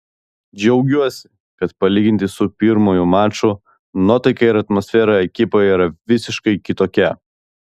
džiaugiuosi kad palyginti su pirmuoju maču nuotaika ir atmosfera ekipoje yra visiškai kitokia